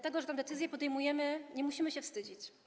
Tego, że tę decyzję podejmujemy, nie musimy się wstydzić.